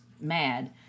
mad